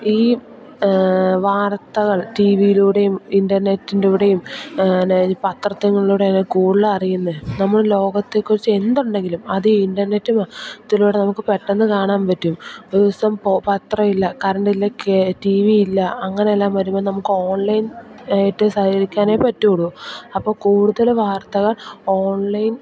ഈ വാർത്തകൾ ടിവിയിലൂടെയും ഇന്റര്നെറ്റിലൂടെയും പത്രത്തിലൂടെ തന്നെ കൂടുതൽ അറിയുന്നത് നമ്മൾ ലോകത്തെ കുറിച്ചു എന്തുണ്ടെങ്കിലും അത് ഇന്റര്നെറ്റ് അതിലൂടെ നമുക്ക് പെട്ടെന്ന് കാണാൻ പറ്റും ഒരു ദിവസം പത്രം ഇല്ല കറണ്ട് ഇല്ല ടിവി ഇല്ല അങ്ങനെയെല്ലാം വരുമ്പം നമുക്ക് ഓൺലൈൻ ആയിട്ട് സഹകരിക്കാനേ പറ്റുകയുള്ളൂ അപ്പം കൂടുതൽ വാർത്തകൾ ഓൺലൈൻ